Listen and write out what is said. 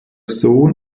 sohn